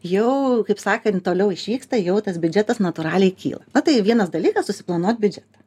jau kaip sakant toliau išvyksta jau tas biudžetas natūraliai kyla na tai vienas dalykas susiplanuot biudžetą